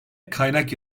kaynak